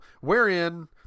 wherein